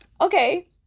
okay